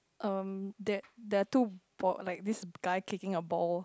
uh that there are two boy like this guy kicking a ball